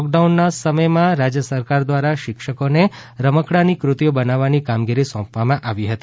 લોક ડાઉનના સમયમાં રાજ્ય સરકાર દ્વારા શિક્ષકો ને રમકડાંની કૃતિઓ બનાવવાની કામગીરી સોંપવામાં આવી હતી